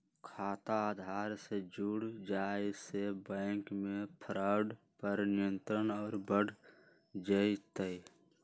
खाता आधार से जुड़ जाये से बैंक मे फ्रॉड पर नियंत्रण और बढ़ जय तय